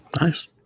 nice